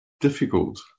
difficult